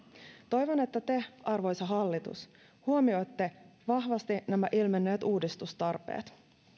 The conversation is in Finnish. toivon että te arvoisa hallitus huomioitte vahvasti nämä ilmenneet uudistustarpeet